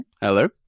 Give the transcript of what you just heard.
Hello